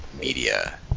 media